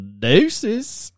Deuces